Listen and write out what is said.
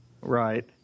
Right